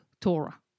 torah